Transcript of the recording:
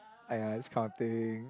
!aiya! this kind of thing